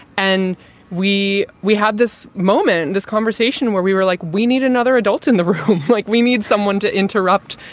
and we we had this moment, this conversation where we were like, we need another adult in the room, like we need someone to interrupt,